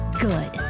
good